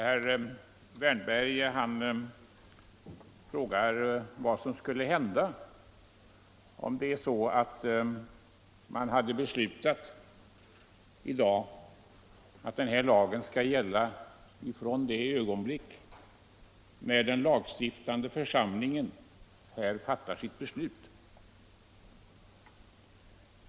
Herr talman! Herr Wärnberg frågade vad som skulle hända om vi i dag fastställde att den lag vi här diskuterar skall gälla från det ögonblick då den lagstiftande församlingen fattar sitt beslut.